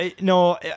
No